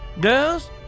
Girls